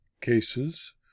cases